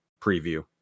preview